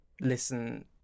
listen